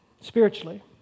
spiritually